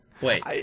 wait